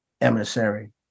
emissary